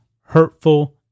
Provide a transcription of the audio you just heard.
hurtful